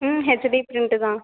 ம் HCD print தான்